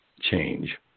change